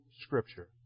Scripture